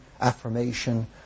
affirmation